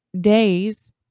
days